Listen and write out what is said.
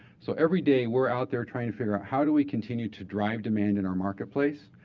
so every day we're out there trying to figure out how do we continue to drive demand in our marketplace.